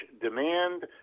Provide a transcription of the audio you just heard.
demand